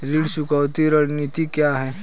ऋण चुकौती रणनीति क्या है?